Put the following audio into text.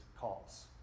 calls